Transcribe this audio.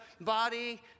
body